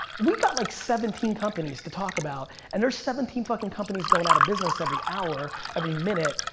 we got like seventeen companies to talk about and there's seventeen fucking companies going out of business every hour, every minute,